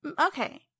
Okay